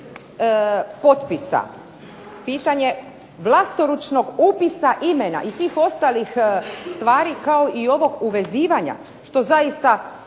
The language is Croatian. potpisa, pitanje vlastoručnog upisa imena i svih ostalih stvari kao i ovog uvezivanja što zaista